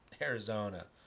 Arizona